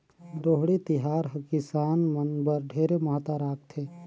लोहड़ी तिहार हर किसान मन बर ढेरे महत्ता राखथे